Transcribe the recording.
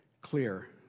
clear